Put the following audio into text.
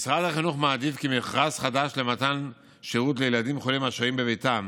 משרד החינוך מעדיף כי מכרז חדש למתן שירות לילדים חולים השוהים בביתם